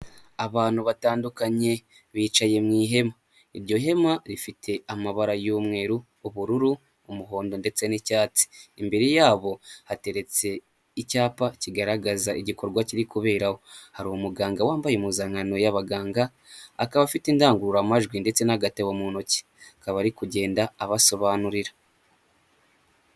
Abantu batandukanye bicaye mu ihema, iryo hema rifite amabara y'umweru ,ubururu ,umuhondo ndetse n'icyatsi. imbere yabo hateretse icyapa kigaragaza igikorwa kiri kuberaho, hari umuganga wambaye impuzankano y'abaganga akaba afite indangururamajwi ndetse n'agatebo mu ntoki kaba ari kugenda abasobanurira.